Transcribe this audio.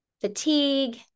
fatigue